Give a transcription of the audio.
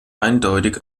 eindeutig